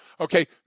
Okay